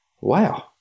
wow